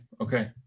Okay